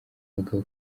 bagabo